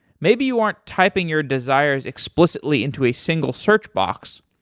maybe you aren't typing your desires explicitly into a single search box,